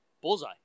Bullseye